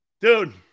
Dude